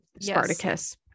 Spartacus